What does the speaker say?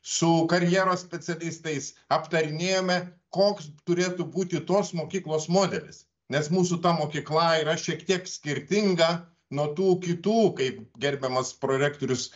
su karjeros specialistais aptarinėjome koks turėtų būti tos mokyklos modelis nes mūsų ta mokykla yra šiek tiek skirtinga nuo tų kitų kaip gerbiamas prorektorius